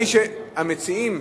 המציעים,